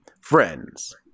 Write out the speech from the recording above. friends